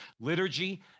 Liturgy